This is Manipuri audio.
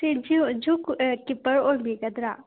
ꯁꯤ ꯖꯨ ꯖꯨ ꯀꯤꯞꯄꯔ ꯑꯣꯏꯕꯤꯒꯗ꯭ꯔꯥ